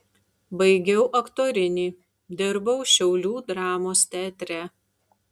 baigiau aktorinį dirbau šiaulių dramos teatre